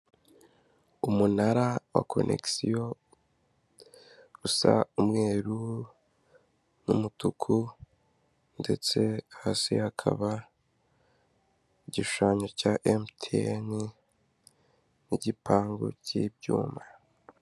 Umunara wa konegisiyo, usa umweru n'umutuku ndetse hasi hakaba igishushanyo cya MTN n'igipangu cy'ibyuma.